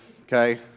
Okay